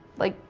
like,